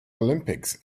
olympics